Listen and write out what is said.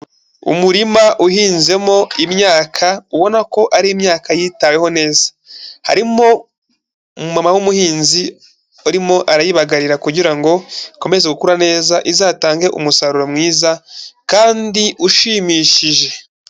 Umurima uhinzemo imyaka ubona ko ari imyaka yitaweho neza, harimo umumama w'umuhinzi urimo arayibagarira kugira ngo ikomeze gukura neza izatange umusaruro mwiza kandi ushimishije.